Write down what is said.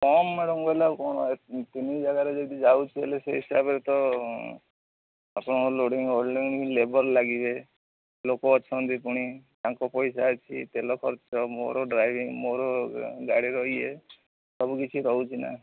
କମ ମ୍ୟାଡମ୍ କହିଲେ ଆଉ କ'ଣ ଆଉ ଏତେ ତିନି ଜାଗାରେ ଯଦି ଯାଉଛୁ ହେଲେ ସେଇ ହିସାବରେ ତ ଦଶଜଣଙ୍କ ଲୋଡିଙ୍ଗ୍ ଅନଲୋଡିଙ୍ଗ୍ ଲେବର୍ ଲାଗିବେ ଲୋକ ଅଛନ୍ତି ପୁଣି ତାଙ୍କ ପଇସା ଅଛି ତେଲ ଖର୍ଚ୍ଚ ମୋର ଡ୍ରାଇଭିଙ୍ଗ୍ ମୋର ଗାଡ଼ିର ଇଏ ସବୁକିଛି ରହୁଛି ନା